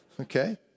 Okay